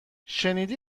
شنیدی